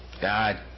God